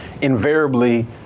invariably